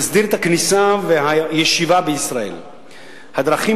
המסדיר את הכניסה והישיבה בישראל והדרכים